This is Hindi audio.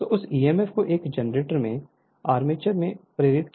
तो उस ईएमएफ को एक जनरेटर में आर्मेचर में प्रेरित किया गया है